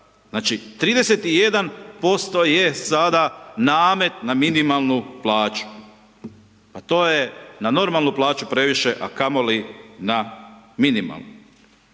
Znači 31% je sada namet na minimalnu plaću. Pa to je na normalnu plaću previše a kamoli na minimalnu.